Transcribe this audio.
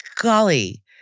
golly